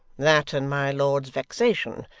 that, and my lord's vexation,